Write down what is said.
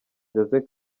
jose